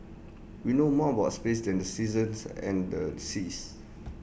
we know more about space than the seasons and the seas